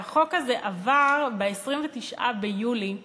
והחוק הזה עבר ב-29 ביולי 2014,